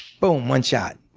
boom, one shot.